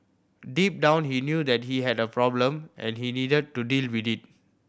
deep down he knew that he had a problem and he needed to deal with it